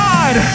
God